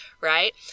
right